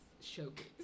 showcase